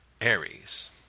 Aries